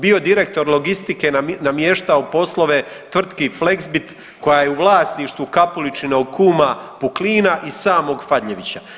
Bio direktor logistike namještao poslove tvrtki Fleksbit koja je u vlasništvu Kapuličina kuma Puklina i samog Fadljevića.